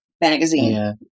magazine